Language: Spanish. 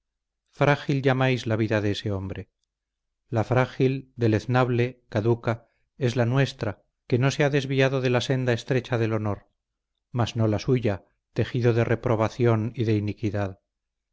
frágil llamáis la vida de ese hombre la frágil deleznable caduca es la nuestra que no se ha desviado de la senda estrecha del honor mas no la suya tejido de reprobación y de iniquidad